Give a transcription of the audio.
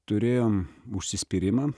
turėjom užsispyrimą